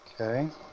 Okay